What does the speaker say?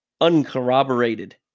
uncorroborated